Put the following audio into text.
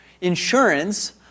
insurance